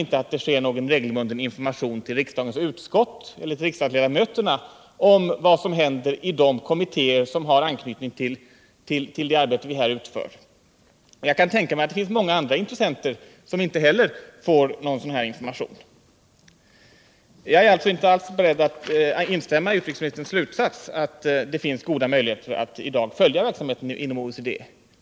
inte att det ges någon regelbunden information till riksdagens utskott eller till riksdagsledamöterna om vad som händer i de kommittéer som har anknytning till det arbete som vi här utför. Jag kan tänka mig att det finns många andra intressenter som inte heller får någon sådan information. Jag äralltså inte alls beredd att instämma i utrikesministerns slutsats att det i dag finns goda möjligheter att följa verksamheten inom OECD.